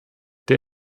der